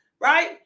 right